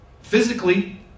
Physically